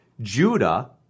Judah